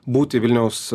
būti vilniaus